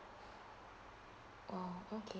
oh okay